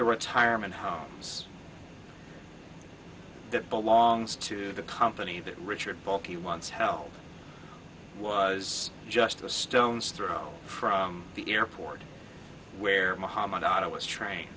the retirement homes that belongs to the company that richard balky once helped was just a stone's throw from the airport where muhammad otto was trained